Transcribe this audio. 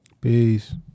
Peace